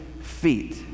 feet